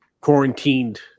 quarantined